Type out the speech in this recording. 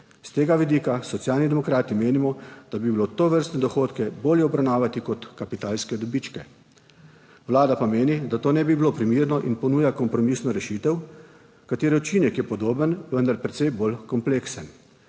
S tega vidika Socialni demokrati menimo, da bi bilo tovrstne dohodke bolje obravnavati kot kapitalske dobičke. Vlada pa meni, da to ne bi bilo primerno, in ponuja kompromisno rešitev, katere učinek je podoben, vendar precej bolj kompleksen.